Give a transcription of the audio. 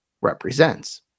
represents